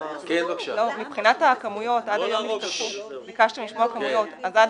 מבחינת הכמויות ביקשתם לשמוע כמויות עד